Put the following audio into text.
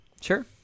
Sure